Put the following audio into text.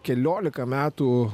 keliolika metų